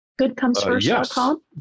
Goodcomesfirst.com